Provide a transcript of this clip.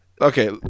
Okay